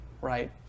right